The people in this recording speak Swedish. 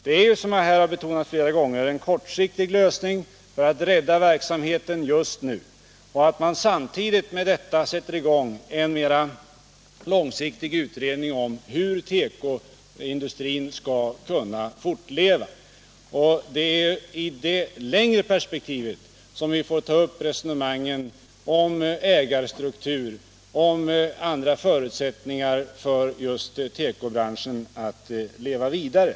Det här är, som jag flera gånger har betonat, en kortsiktig lösning för att rädda verksamheten just nu. Samtidigt med detta sätter man i gång en långsiktig utredning om hur tekoindustrin skall kunna fortleva. Det är i det längre perspektivet som vi får ta upp resonemangen om ägarstruktur, om andra förutsättningar för tekobranschen att leva vidare.